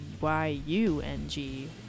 Y-U-N-G